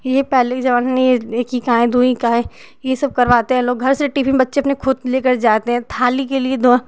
ये पहली इकाईं दुईं काईं ये सब करवाते हैं लोग घर से टिफिन बच्चे अपने खुद लेकर जाते हैं थाली के लिए दो